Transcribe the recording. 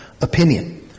opinion